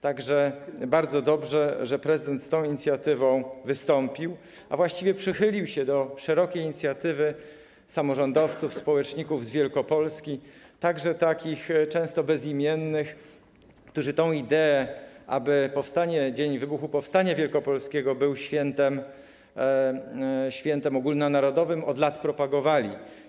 Tak że bardzo dobrze, że prezydent z tą inicjatywą wystąpił, a właściwie przychylił się do szerokiej inicjatywy samorządowców, społeczników z Wielkopolski, także często bezimiennych, którzy ideę, aby dzień wybuchu powstania wielkopolskiego był świętem ogólnonarodowym, od lat propagowali.